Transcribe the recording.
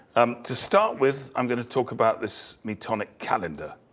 um to start with, i'm gonna talk about this metonic calendar.